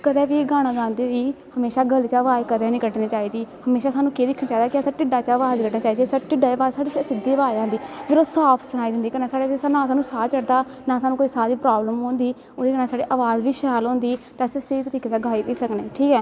कदैं बी गाना गांदे बी हमेशा गले चा अवाज़ कदैं नी कड्डनी चाही दी हमेशा साह्नू केह् करना चाही दा कि ढिडै चा अवाज़ कड्डनी चाही दी ढिडै चा अवाज़ साढ़ी सिध्दी अवाज़ आंदी फिर ओह् साफ सनाई दिंदी साह्नी नां ओह्दै नै साह् चढ़दा ना साह्नू कोई साह् दी प्रवलम होंदी ओह्ऍदे कन्नै साढ़ी अवाज़ बी शैल होंदी ते अस सेहेई तरीके दा गाई बी सकने ठीक ऐ